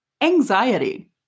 anxiety